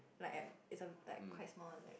like at it's a like quite small like